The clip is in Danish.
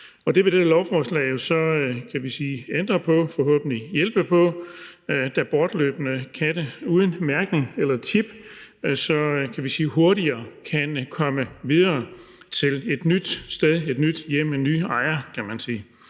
Det vil det her lovforslag så ændre og forhåbentlig hjælpe på, da bortløbne katte uden mærkning eller chip hurtigere kan komme videre til et nyt hjem, en ny ejer,